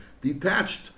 detached